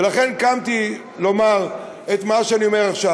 לכן קמתי לומר את מה שאני אומר עכשיו.